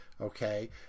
okay